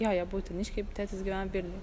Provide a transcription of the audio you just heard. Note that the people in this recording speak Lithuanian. jo jie abu uteniškiai tėtis gyvena vilniuj